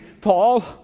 Paul